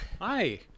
Hi